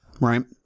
right